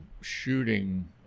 shooting